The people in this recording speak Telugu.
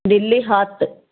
ఢిల్లీ హార్ట్